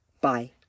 Bye